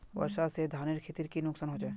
वर्षा से धानेर खेतीर की नुकसान होचे?